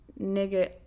nigga